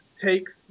takes